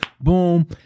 boom